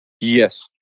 yes